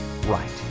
right